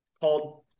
called